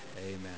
Amen